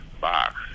box